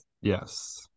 Yes